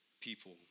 people